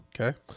Okay